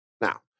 Now